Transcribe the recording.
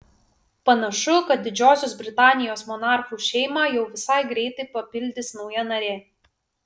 panašu kad didžiosios britanijos monarchų šeimą jau visai greitai papildys nauja narė